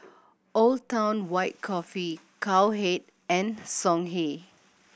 Old Town White Coffee Cowhead and Songhe